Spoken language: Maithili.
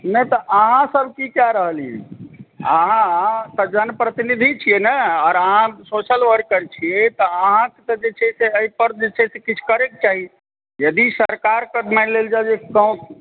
नहि तऽ अहाँ सब की कए रहलियै अहाँ तऽ जनप्रतिनिधि छियै ने आओर अहाँ सोशल वर्कर छियै तऽ अहाँकऽ तऽ जे छै से एहिपर तऽ किछु करैकऽ चाही यदि सरकार कऽ मानि लेल जाओ जे